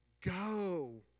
go